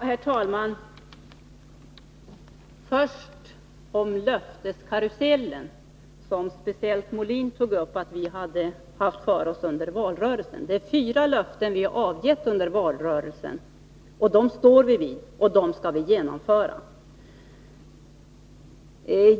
Herr talman! Först några ord om löfteskarusellen, som speciellt Björn Molin har sagt att vi ägnat oss åt under valrörelsen. Det är fyra löften som vi har avgivit under valrörelsen. Dem står vi vid, och dem skall vi uppfylla.